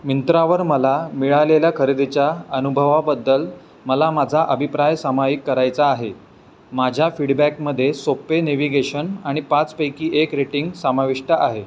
मिंत्रावर मला मिळालेल्या खरेदीच्या अनुभवाबद्दल मला माझा अभिप्राय समायिक करायचा आहे माझ्या फीडबॅकमध्ये सोप्पे नेव्हिगेशन आणि पाचपैकी एक रेटिंग समाविष्ट आहे